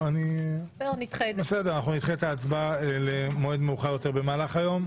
אנחנו נדחה את ההצבעה למועד מאוחר יותר במהלך היום.